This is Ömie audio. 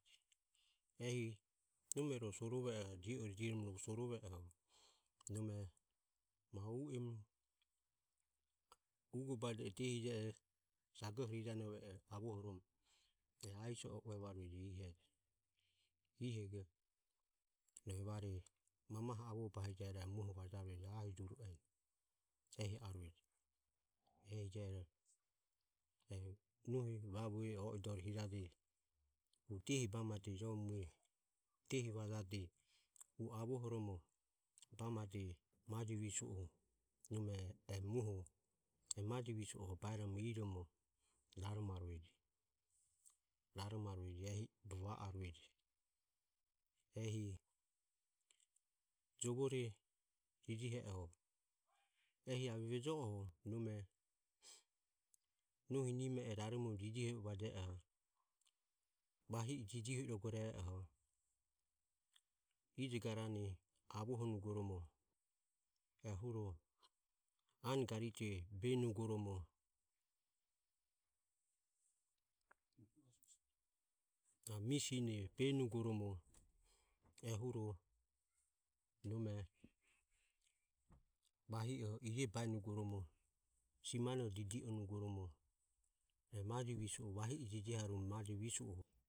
Ehi nome ro suorove ohoo je ore jioromo ro suorove oho nome ma u emu ugobaje diehije e sagohorijanove e avohoromo e aiso uevarueje ihejo. Ihego rohu evare mamaho avoho bahijeharueje e muoho vajarueje ahi juru eni ehi arueje ehije ero eho nohi vavue o idore hijaje hu diehi bamade jo mu diehi vajade hu avohoromo bamade e maje visu e nome e muho e majo visuo baeromo iromo raromarueje. Raromarueje ehi o va arueje ehi jovore jijihe oho ehi avevejo oho nome nohi nimore raromo jijihovaje oho vahi e jijiho irogoro e e oho ijo garane avohonugoromo ehuro anogarite benugoromo mi sine benugoromo ehuro nome vahi oho ire baenugoromo simanore didi onugoromo majo visu e vahi e jijiharue majo visuoho.